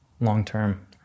long-term